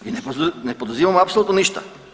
I ne poduzimamo apsolutno ništa.